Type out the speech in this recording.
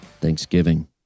Thanksgiving